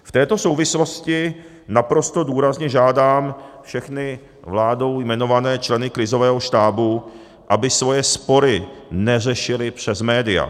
V této souvislosti naprosto důrazně žádám všechny vládou jmenované členy krizového štábu, aby svoje spory neřešili přes média.